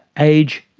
age,